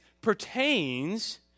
pertains